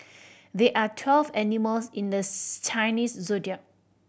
there are twelve animals in the Chinese Zodiac